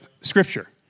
Scripture